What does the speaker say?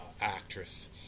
actress